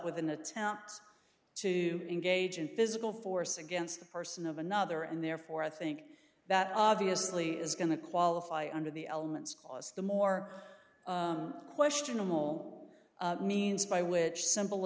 with an attempt to engage in physical force against the person of another and therefore i think that obviously is going to qualify under the elements clause the more questionable means by which simple